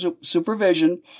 supervision